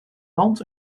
land